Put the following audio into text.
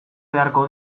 beharko